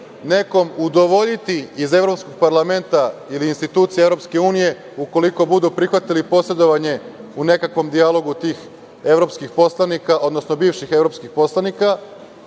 nekom udovoljiti iz Evropskog parlamenta ili institucije EU ukoliko budu prihvatili posredovanje u nekakvom dijalogu tih evropskih poslanika, odnosno bivših evropskih poslanika,